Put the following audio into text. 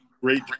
great